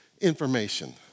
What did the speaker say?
information